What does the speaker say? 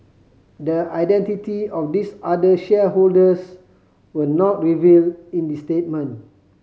the identity of these other shareholders were not revealed in the statement